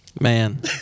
Man